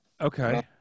Okay